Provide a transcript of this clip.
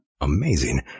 Amazing